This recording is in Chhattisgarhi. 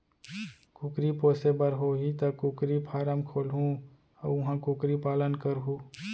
कुकरी पोसे बर होही त कुकरी फारम खोलहूं अउ उहॉं कुकरी पालन करहूँ